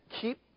keep